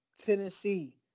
Tennessee